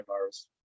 virus